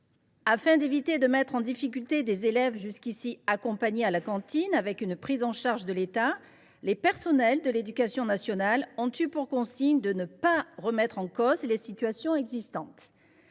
afin d’éviter de mettre en difficulté des élèves qui étaient jusqu’ici accompagnés à la cantine avec une prise en charge de l’État, les personnels de l’éducation nationale ont eu pour consigne de ne pas remettre en cause les situations existantes.